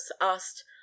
asked